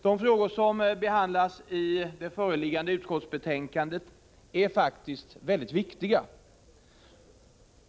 De frågor som behandlas i det föreliggande utskottsbetänkandet är faktiskt mycket viktiga.